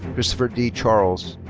christopher d. charles.